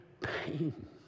Pain